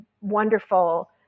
wonderful